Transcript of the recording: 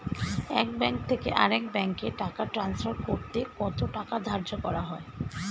এক ব্যাংক থেকে আরেক ব্যাংকে টাকা টান্সফার করতে কত টাকা ধার্য করা হয়?